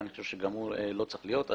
ואני חושב שגם הוא לא צריך להיות.